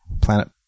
Planet